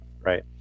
Right